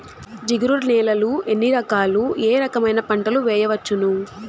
జిగురు నేలలు ఎన్ని రకాలు ఏ రకమైన పంటలు వేయవచ్చును?